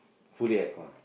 fully aircon